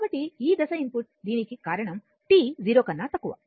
కాబట్టి ఈ దశ ఇన్పుట్ దీనికి కారణం t 0 కన్నా తక్కువ